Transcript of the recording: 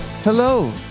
Hello